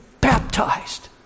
baptized